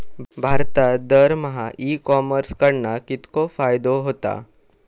भारतात दरमहा e commerce कडणा कितको फायदो होता?